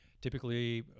typically